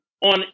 on